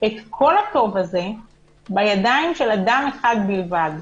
את כל הטוב הזה בידיים של אדם אחד בלבד.